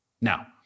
Now